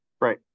Right